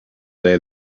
day